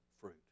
fruit